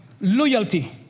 loyalty